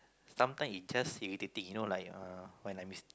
sometime it just irritating you know like err when I